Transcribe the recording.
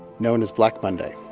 known as black monday